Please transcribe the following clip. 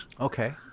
Okay